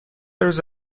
روز